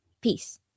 Peace